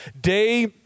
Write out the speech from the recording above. day